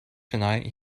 tonight